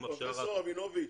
פרופ' רבינוביץ',